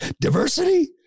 diversity